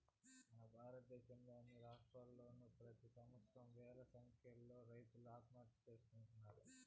మన భారతదేశంలో అన్ని రాష్ట్రాల్లోనూ ప్రెతి సంవత్సరం వేల సంఖ్యలో రైతులు ఆత్మహత్యలు చేసుకుంటున్నారు